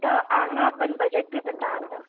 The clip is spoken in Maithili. तऽ अहाँ अपन बजट भी बताउ आगाँ